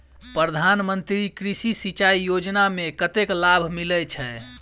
प्रधान मंत्री कृषि सिंचाई योजना मे कतेक लाभ मिलय छै?